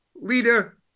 leader